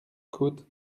côte